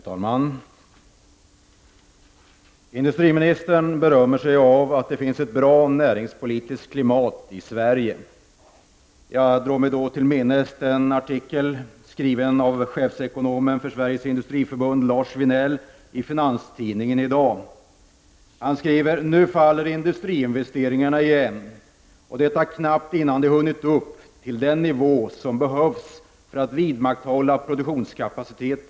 Herr talman! Industriministern berömmer sig av att vi har ett bra näringspolitiskt klimat i Sverige. Jag drar mig då till minnes en artikel, skriven av chefsekonomen för Sveriges industriförbund Lars Vinell i finanstidningen Idag. Han skriver: ”Nu faller industriinvesteringarna igen. Och detta knappt innan de hunnit komma upp till den nivå som behövs för vidmakthållen produktionskapacitet.